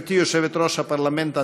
גברתי יושבת-ראש הפרלמנט הדני,